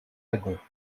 wagons